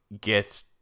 get